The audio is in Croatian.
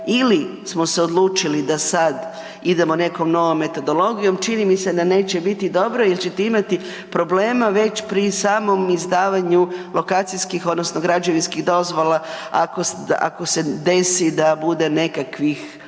ili smo se odlučili da sad idemo nekom novom metodologijom čini mi se da neće biti dobro jer ćete imati problema već pri samom izdavanju lokacijskih odnosno građevinskih dozvola ako se desi da bude nekakvih,